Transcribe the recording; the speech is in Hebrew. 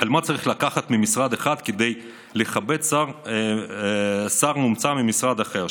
לקחת ממשרד אחד כדי לכבד שר מומצא ממשרד אחר,